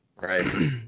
Right